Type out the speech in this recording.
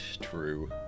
true